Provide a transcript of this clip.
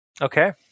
Okay